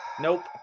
Nope